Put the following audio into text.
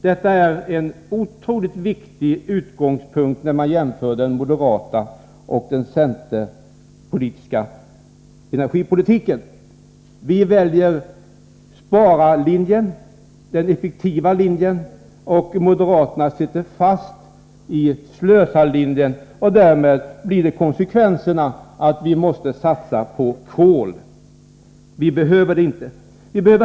Detta är en otroligt viktig utgångspunkt när man jämför moderaternas och centerns energipolitik. Vi väljer sparlinjen, den effektiva linjen, medan moderaterna sitter fast i en slösarlinje. Konsekvensen blir därmed att man måste satsa på kol. Men det behövs alltså inte, om vår linje följs.